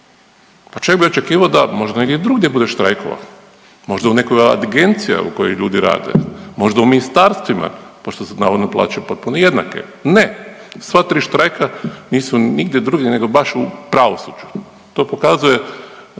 Pa čovjek bi očekivao da možda negdje i drugdje bude štrajkova, možda u nekoj od agencija u kojoj ljudi rade, možda u ministarstvima pošto su navodno plaće potpuno jednake. Ne, sva tri štrajka nisu nigdje drugdje nego baš u pravosuđu. To pokazuje